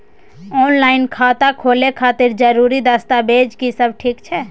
Online खाता खोले खातिर जरुरी दस्तावेज की सब छै?